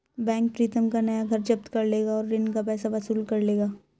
bank Pritam का नया घर जब्त कर लेगा और ऋण का पैसा वसूल लेगा